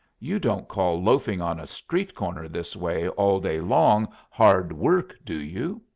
you don't call loafing on a street corner this way all day long hard work, do you?